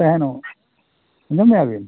ᱛᱟᱦᱮᱱᱚᱜ ᱟᱸᱡᱚᱢᱮᱜᱼᱟ ᱵᱤᱱ